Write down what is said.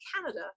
canada